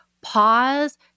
pause